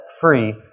free